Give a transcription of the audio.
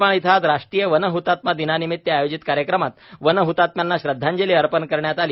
यवतमाळ येथे आज राष्ट्रीय वनहतात्मा दिनानिमित्त आयोजित कार्यक्रमात वन हतात्म्यांना श्रद्वांजली अर्पण करण्यात आली